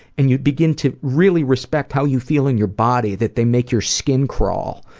and you begin to really respect how you feel in your body that they make your skin crawl.